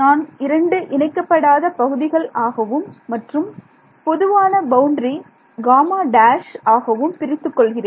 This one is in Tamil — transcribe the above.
நான் இரண்டு இணைக்கப்படாத பகுதிகள் ஆகவும் மற்றும் பொதுவான பவுண்டரி Γ′ ஆகவும் பிரித்து கொள்கிறேன்